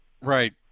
Right